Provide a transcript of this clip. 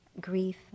grief